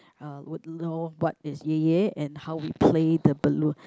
uh would know what is yay yay and how we play the balloon